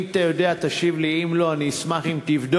אם אתה יודע, תשיב לי, אם לא, אני אשמח אם תבדוק.